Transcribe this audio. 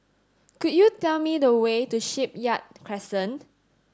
could you tell me the way to Shipyard Crescent